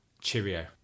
cheerio